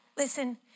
Listen